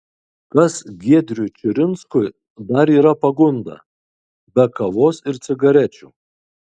kas giedriui čiurinskui dar yra pagunda be kavos ir cigarečių